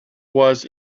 was